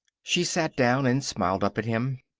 she sat down and smiled up at him.